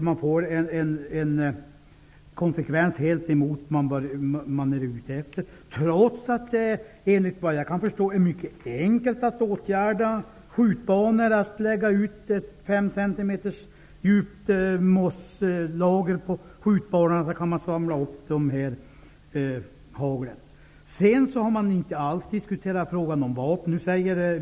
Man får alltså en konsekvens som är raka motsatsen till vad man är ute efter, trots att det efter vad jag kan förstå är mycket enkelt att åtgärda skjutbanorna -- genom att lägga ut ett 5 cm djupt lager mossa på skjutbanorna kan man samla upp haglen. Man har inte alls diskuterat frågan om vapen.